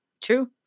true